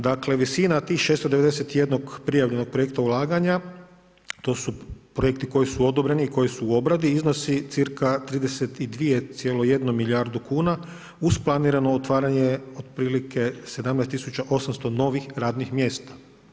Dakle, visina tih 691 prijavljenog projekta ulaganja to su projekti koji su odobreni i koji su u obradi iznosi cca 32,1 milijardu kuna uz planirano otvaranje od prilike 17.800 novih radnih mjesta.